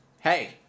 hey